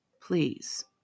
Please